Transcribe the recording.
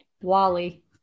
Wally